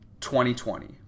2020